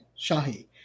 Shahi